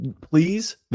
Please